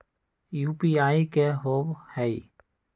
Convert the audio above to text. UPI कि होअ हई?